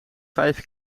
vijf